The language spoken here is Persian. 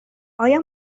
آیا